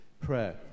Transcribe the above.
prayer